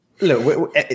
Look